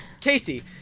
Casey